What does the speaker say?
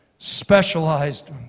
specialized